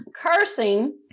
cursing